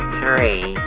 Three